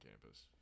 campus